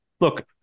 look